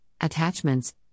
attachments